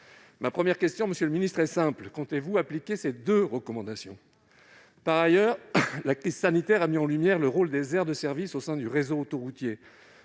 Ma première question, monsieur le ministre, est donc simple : comptez-vous appliquer ces deux recommandations ? En second lieu, la crise sanitaire a mis en lumière le rôle des aires de services au sein du réseau autoroutier.